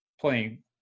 playing